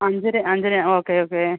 അഞ്ചര അഞ്ചര okay okay